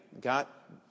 got